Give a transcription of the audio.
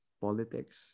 Politics